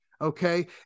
Okay